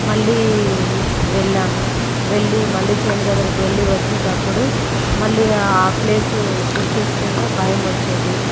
మళ్ళీ వెళ్ళాను వెళ్లి మళ్ళీ చేను దగ్గరికి వెళ్లి వచ్చేటప్పుడు మళ్ళీ ఆ ప్లేస్ గుర్తుకు వస్తేనే భయం వచ్చేది